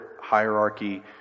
hierarchy